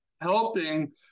helping